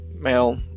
male